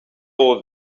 all